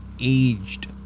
aged